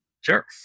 Sure